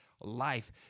life